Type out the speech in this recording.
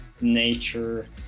nature